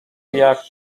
jak